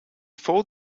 fold